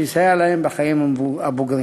שיסייע להם בחיים הבוגרים.